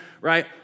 right